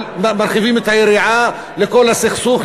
מרחיבים את היריעה לכל הסכסוך,